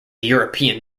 european